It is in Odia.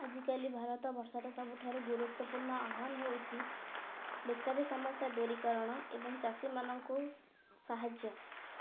ଆଜିକାଲି ଭାରତ ବର୍ଷରେ ସବୁଠାରୁ ଗୁରୁତ୍ୱପୂର୍ଣ୍ଣ ଆହ୍ୱାନ ହେଉଛି ବେକାରୀ ସମସ୍ୟା ଦୂରୀକରଣ ଏବଂ ଚାଷୀମାନଙ୍କୁ ସାହାଯ୍ୟ